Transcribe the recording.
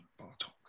Bartok